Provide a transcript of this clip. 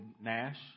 Nash